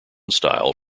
style